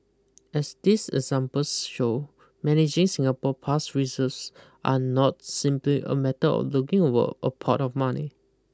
as these examples show managing Singapore past reserves are not simply a matter of looking over a pot of money